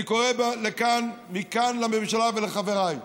אני קורא מכאן לממשלה ולחבריי: